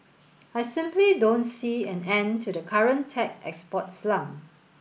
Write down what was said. I simply don't see an end to the current tech export slump